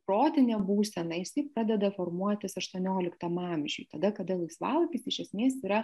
protinę būseną jisai padeda formuotis aštuonioliktam amžiuj tada kada laisvalaikis iš esmės yra